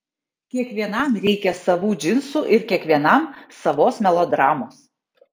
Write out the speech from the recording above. kiekvienam reikia savų džinsų ir kiekvienam savos melodramos